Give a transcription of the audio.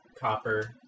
copper